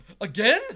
Again